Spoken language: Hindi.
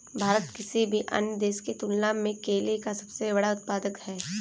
भारत किसी भी अन्य देश की तुलना में केले का सबसे बड़ा उत्पादक है